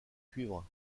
cuivre